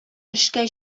эшкә